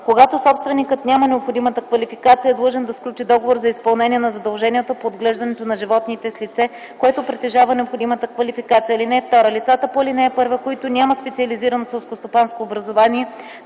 Когато собственикът няма необходимата квалификация, е длъжен да сключи договор за изпълнение на задълженията по отглеждането на животните с лице, което притежава необходимата квалификация. (2) Лицата по ал. 1, които нямат специализирано селскостопанско образование,